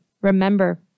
Remember